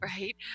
right